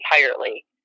entirely